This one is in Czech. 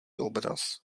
obraz